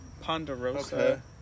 Ponderosa